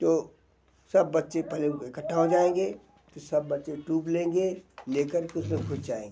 जो सब बच्चे पहले वो इकट्ठा हो जाएंगे फिर सब बच्चे डूब लेंगे ले कर के उसमें घुस जाएंगे